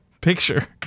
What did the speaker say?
picture